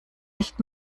nicht